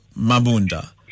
Mabunda